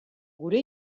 gure